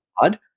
God